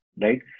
right